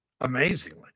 amazingly